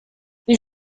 ils